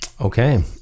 Okay